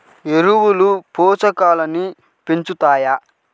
ఎరువులు పోషకాలను పెంచుతాయా?